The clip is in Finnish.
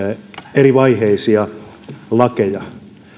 erivaiheisia lakeja